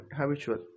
habitual